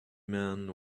men